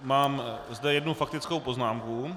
Mám zde jednu faktickou poznámku.